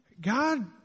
God